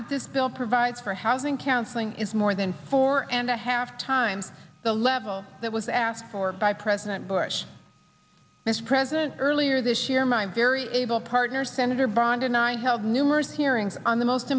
that this bill provides for housing counseling is more than four and a half times the level that was asked for by president bush vice president earlier this year my very able partner senator bond and i held numerous hearings on the most